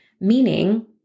Meaning